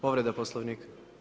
Povreda Poslovnika.